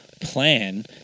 plan